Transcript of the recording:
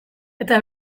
eta